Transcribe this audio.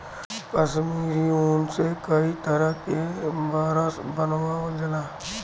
कसमीरी ऊन से कई तरे क बरस बनावल जाला